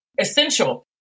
Essential